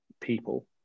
people